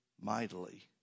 mightily